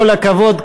כל הכבוד,